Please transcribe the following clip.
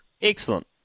Excellent